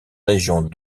régions